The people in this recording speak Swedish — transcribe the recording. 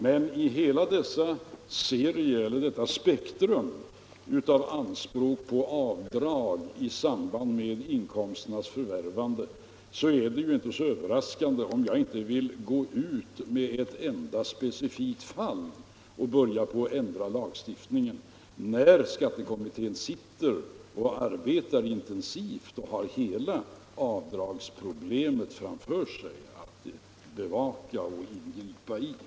Men det är väl inte så överraskande om jag i hela det spektrum av anspråk på avdrag i samband med inkomsternas förvärvande som föreligger inte för ett enda fall vill ändra lagstiftningen, speciellt med tanke på att den intensivt arbetande skattekommittén har att bevaka hela avdragsproblemet och föreslå åtgärder på området.